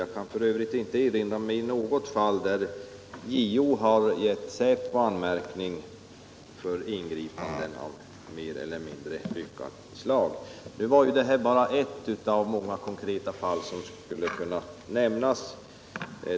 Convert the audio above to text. Jag kan f. ö. inte erinra mig något fall där JO har gett säpo anmärkning för ingripanden av mer eller mindre lyckat slag. Nu var ju det här bara ett av många konkreta fall som skulle kunna nämnas.